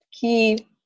key